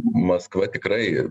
maskva tikrai